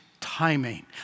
Timing